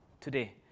today